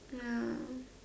ya